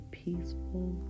peaceful